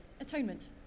atonement